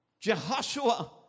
Jehoshua